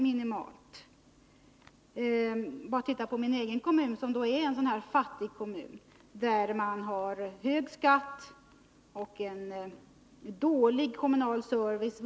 Jag behöver bara titta på min egen kommun, som är en fattig kommun, där man har hög skatt och en dålig kommunal service.